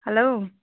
hello